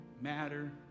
matter